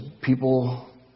people